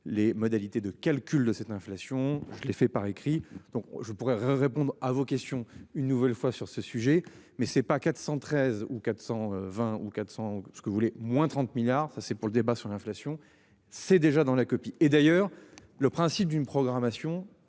les modalités de calcul de cette inflation. Je l'ai fait par écrit, donc je pourrais répondre à vos questions. Une nouvelle fois sur ce sujet mais c'est pas à 413 ou 420 ou 400. Ce que vous voulez moins 30 milliards. Ça c'est pour le débat sur l'inflation, c'est déjà dans la copie et d'ailleurs le principe d'une programmation